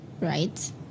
right